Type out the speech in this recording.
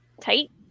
tight